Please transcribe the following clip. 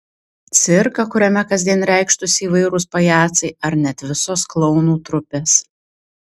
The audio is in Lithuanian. cirką kuriame kasdien reikštųsi įvairūs pajacai ar net visos klounų trupės